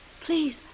please